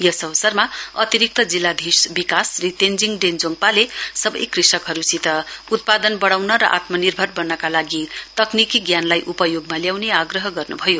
यस अवसरमा अतिरिक्त जिल्लाधीश विकास श्री तेञ्विङ डेन्जोङपाले सवै कृषकहरुसित उत्पादन वढ़ाउन र आत्मनिर्भर वन्नका लागि तकनिकी ज्ञानलाई उपयोगमा ल्याउने आग्रह गर्नुभयो